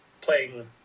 playing